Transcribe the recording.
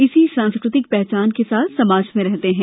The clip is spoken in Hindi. इसी सांस्कृतिक पहचान के साथ समाज में रहते हैं